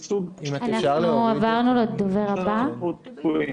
באמת במהלך עירוני אמרנו שאנחנו לא יכולים לחכות,